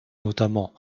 notamment